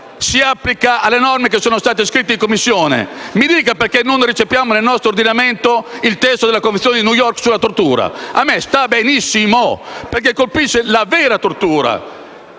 si applica alle norme scritte in Commissione. Mi dica perché non recepiamo nel nostro ordinamento il testo della Convenzione di New York sulla tortura: a me starebbe benissimo, perché si colpisce la vera tortura,